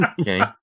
okay